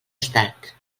estat